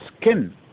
skin